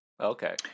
Okay